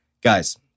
Guys